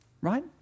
right